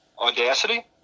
Audacity